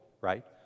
right